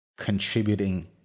contributing